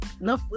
No